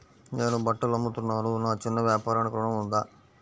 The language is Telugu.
నేను బట్టలు అమ్ముతున్నాను, నా చిన్న వ్యాపారానికి ఋణం ఉందా?